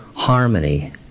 Harmony